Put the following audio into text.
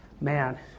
man